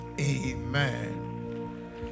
amen